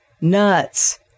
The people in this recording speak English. nuts